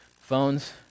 phones